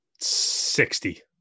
sixty